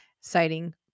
citing